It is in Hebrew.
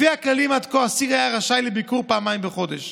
לפי הכללים עד כה הותר לאסיר ביקור פעמיים בחודש,